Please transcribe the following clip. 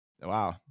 wow